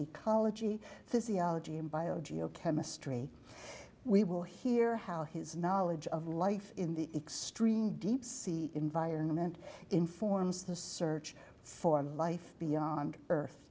ecology physiology and bio geo chemistry we will hear how his knowledge of life in the extreme deep sea environment informs the search for life beyond earth